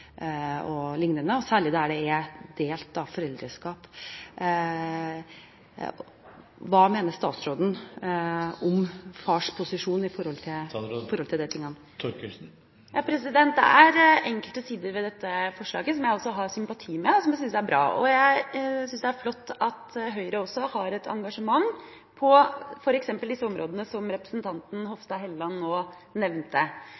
og lignende, særlig der det er delt foreldreskap. Hva mener statsråden om fars posisjon når det gjelder disse tingene? Det er enkelte sider ved dette forslaget som jeg har sympati for, og som jeg synes er bra. Jeg synes det er flott at Høyre har et engasjement på de områdene som representanten Hofstad Helleland nå nevnte.